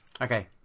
okay